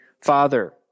Father